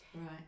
right